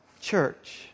Church